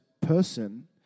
person